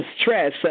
Stress